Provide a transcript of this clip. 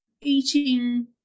eating